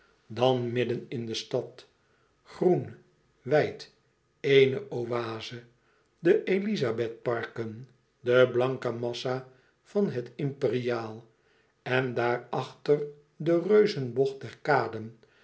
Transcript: dan midden in de stad groen wijd éene oaze de elizabethparken de blanke massa van het imperiaal en daarachter de reuzenbocht der kaden